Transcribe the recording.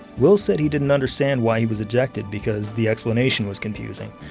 wills said he didn't understand why he was ejected because the explanation was confusing.